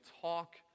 talk